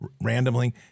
randomly